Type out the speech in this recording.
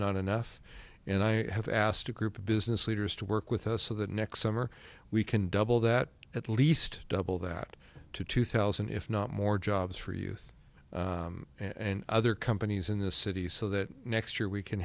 enough and i have asked a group of business leaders to work with us so the next summer we can double that at least double that to two thousand if not more jobs for youth and other companies in the city so that next year we can